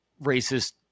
racist